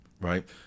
Right